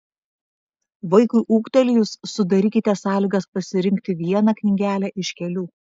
vaikui ūgtelėjus sudarykite sąlygas pasirinkti vieną knygelę iš kelių